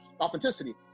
authenticity